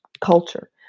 culture